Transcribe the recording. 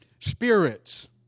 spirits